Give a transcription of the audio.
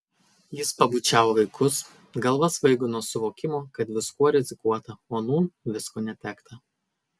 jis pabučiavo vaikus galva svaigo nuo suvokimo kad viskuo rizikuota o nūn visko netekta